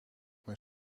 mijn